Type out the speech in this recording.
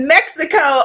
Mexico